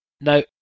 Now